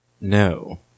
No